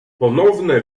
ponowne